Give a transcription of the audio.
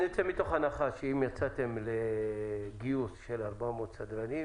אני יוצא מתוך הנחה שאם יצאתם לגיוס של 400 סדרנים